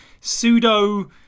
pseudo-